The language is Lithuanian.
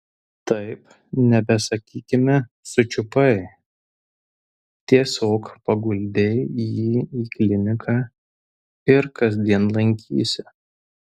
taip nebesakykime sučiupai tiesiog paguldei jį į kliniką ir kasdien lankysi